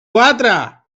quatre